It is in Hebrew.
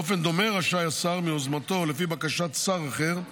באופן דומה רשאי השר, מיוזמתו או לפי בקשת שר אחר,